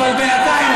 אבל בינתיים,